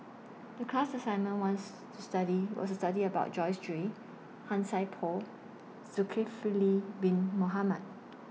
The class assignment once to study was study about Joyce Jue Han Sai Por Zulkifli Bin Mohamed